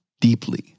deeply